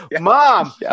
Mom